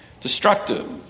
destructive